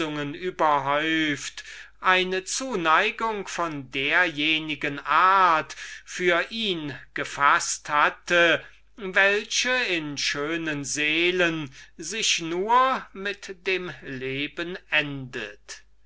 überhäuft eine zuneigung von derjenigen art für ihn gefaßt hatte welche in schönen seelen denn damals gab es noch schöne seelen sich nur mit dem leben endet